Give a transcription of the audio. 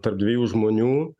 tarp dviejų žmonių